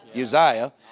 Uzziah